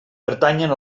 pertanyen